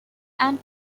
and